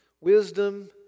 wisdom